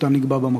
ומותה נקבע במקום.